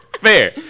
fair